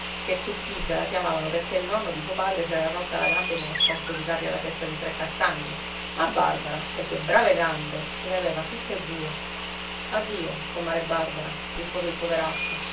ché zuppidda la chiamavano perché il nonno di suo padre s'era rotta la gamba in uno scontro di carri alla festa di trecastagni ma barbara le sue brave gambe ce le aveva tutte e due addio comare barbara rispose il poveraccio